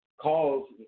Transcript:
calls